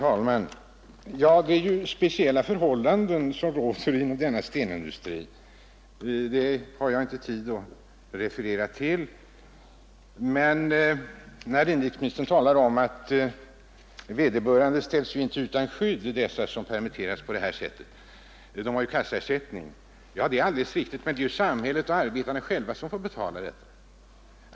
Herr talman! Det råder ju speciella förhållanden inom stenindustrin. Jag har inte tid att redogöra för dessa nu. Med anledning av inrikesministerns påpekande att de som permitteras på detta sätt inte ställs utan skydd utan har kassaersättning vill jag säga, att det är alldeles riktigt men att det är samhället och arbetarna själva som får betala detta.